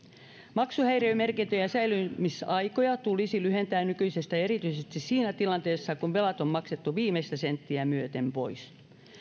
maksuhäiriömerkintöjen säilymisaikoja tulisi lyhentää nykyisestä erityisesti siinä tilanteessa kun velat on maksettu viimeistä senttiä myöten pois